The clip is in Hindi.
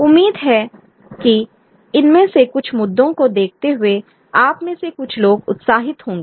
उम्मीद है कि इनमें से कुछ मुद्दों को देखते हुए आप में से कुछ लोग उत्साहित होंगे